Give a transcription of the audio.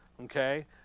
okay